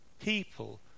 people